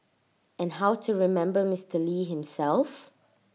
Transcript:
and how to remember Mister lee himself